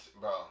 bro